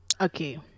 Okay